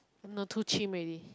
no too chim already